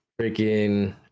freaking